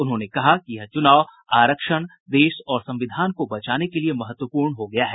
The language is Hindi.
उन्होंने कहा कि यह चुनाव आरक्षण देश और संविधान को बचाने के लिये महत्वपूर्ण हो गया है